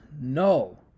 no